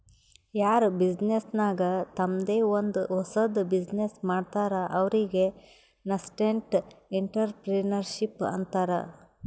ಯಾರ್ ಬಿಸಿನ್ನೆಸ್ ನಾಗ್ ತಂಮ್ದೆ ಒಂದ್ ಹೊಸದ್ ಬಿಸಿನ್ನೆಸ್ ಮಾಡ್ತಾರ್ ಅವ್ರಿಗೆ ನಸ್ಕೆಂಟ್ಇಂಟರಪ್ರೆನರ್ಶಿಪ್ ಅಂತಾರ್